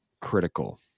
critical